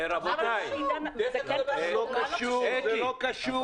זה לא קשור.